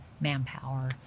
manpower